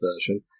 version